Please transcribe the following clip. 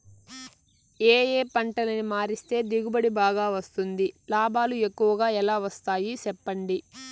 ఏ ఏ పంటలని మారిస్తే దిగుబడి బాగా వస్తుంది, లాభాలు ఎక్కువగా ఎలా వస్తాయి సెప్పండి